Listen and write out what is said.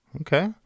Okay